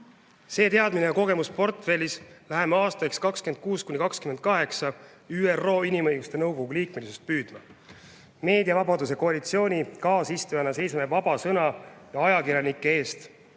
See teadmine ja kogemus portfellis, läheme aastaiks 2026–2028 ÜRO Inimõiguste Nõukogu liikmesust püüdma. Meediavabaduse koalitsiooni kaaseesistujana seisame vaba sõna ja ajakirjanike eest.